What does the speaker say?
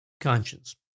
Conscience